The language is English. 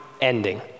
ending